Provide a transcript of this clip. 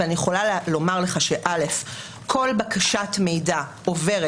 אבל אני יכולה לומר שכל בקשת מידע עוברת,